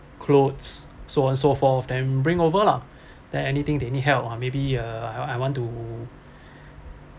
clothes so on so forth then bring over lah then anything they need help or maybe uh I I want to